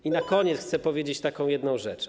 I na koniec chcę powiedzieć taką jedną rzecz.